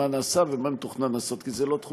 מה נעשה ומה מתוכנן לעשות,